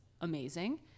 amazing